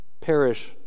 perish